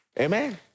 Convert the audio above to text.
Amen